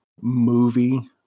movie